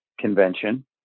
convention